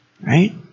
right